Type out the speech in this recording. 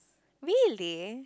really